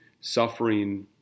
suffering